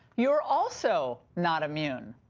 you are also not immune.